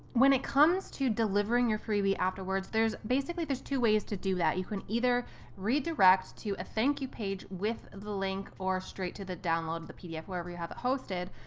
when it comes to delivering your freebie afterwards, basically there's two ways to do that. you can either redirect to a thank you page with the link, or straight to the download of the pdf, wherever you have it hosted.